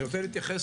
אני רוצה להתייחס,